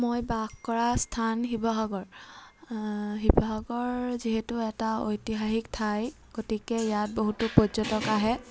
মই বাস কৰা স্থান শিৱসাগৰ শিৱসাগৰ যিহেতু এটা ঐতিহাসিক ঠাই গতিকে ইয়াত বহুতো পৰ্যটক আহে